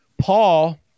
Paul